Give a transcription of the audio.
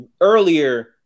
earlier